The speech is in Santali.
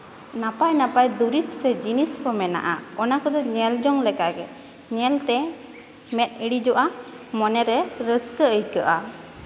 ᱱᱟᱯᱟᱭ ᱱᱟᱯᱟᱭ ᱫᱩᱨᱤᱵ ᱥᱮ ᱡᱤᱱᱤᱥ ᱠᱚ ᱢᱮᱱᱟᱜᱼᱟ ᱚᱱᱟ ᱠᱚᱫᱚ ᱧᱮᱞ ᱡᱚᱝ ᱞᱮᱠᱟᱜᱮ ᱧᱮᱞᱛᱮ ᱢᱮᱫ ᱤᱲᱤᱡᱚᱜᱼᱟ ᱢᱚᱱᱮᱨᱮ ᱨᱟᱹᱥᱠᱟᱹ ᱟᱹᱭᱠᱟᱹᱜᱼᱟ